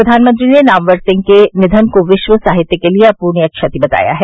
प्रधानमंत्री ने नामवर सिंह के निधन को विश्व साहित्य के लिए अपूरणीय क्षति बताया है